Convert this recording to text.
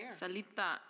salita